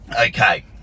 Okay